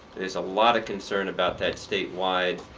there's a lot of concern about that statewide.